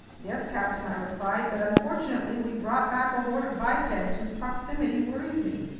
yes, captain, i replied, but unfortunately we've brought back a horde of bipeds whose proximity worries me.